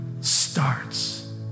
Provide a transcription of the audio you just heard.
starts